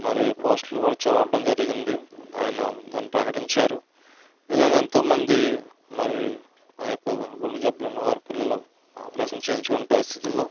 మరి పోస్టులు కూడా చూడడం జరిగింది ఆయన దాన్ని ప్రకటించారు ఇలాగ ఎంతో మంది మరి ఆ యొక్క గుండె జబ్బులున్న వారి పిల్లలు ఆపరేషన్ చేయించుకోని పరిస్థితుల్లో